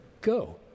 go